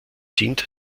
dient